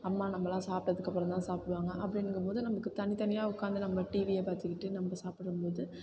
அம்மா நம்மெல்லாம் சாப்பிட்டதுக்கு அப்புறந்தான் சாப்பிடுவாங்க அப்டிங்கும் போது நமக்கு தனி தனியாக உட்காந்து நம்ம டிவியை பார்த்துக்கிட்டு நம்ம சாப்பிடும் போது